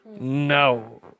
no